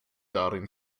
darin